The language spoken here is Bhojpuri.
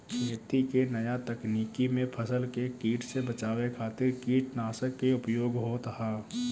खेती के नया तकनीकी में फसल के कीट से बचावे खातिर कीटनाशक के उपयोग होत ह